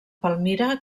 palmira